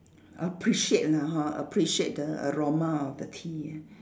appreciate lah hor appreciate the aroma of the tea